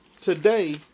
Today